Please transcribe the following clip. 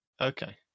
Okay